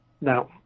now